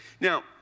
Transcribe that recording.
Now